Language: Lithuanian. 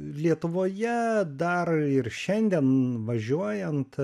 lietuvoje dar ir šiandien važiuojant